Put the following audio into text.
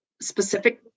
specific